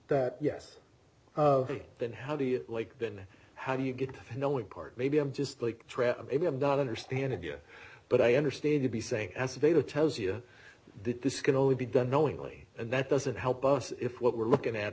that yes then how do you like then how do you get to know one part maybe i'm just like travel maybe i'm not understand it yet but i understand to be saying as a favor tells you that this can only be done knowingly and that doesn't help us if what we're looking at i